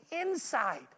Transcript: inside